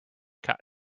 cut